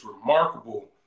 remarkable